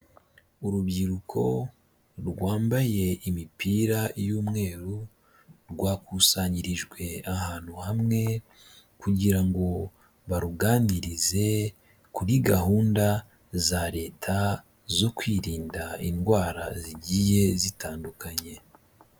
Urubyiruko rwambaye imipira y'umweru, rwakusanyirijwe ahantu hamwe kugira ngo baruganirize kuri gahunda za Leta zo kwirinda indwara zigiye zitandukanye.